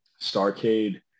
starcade